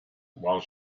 while